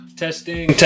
testing